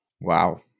Wow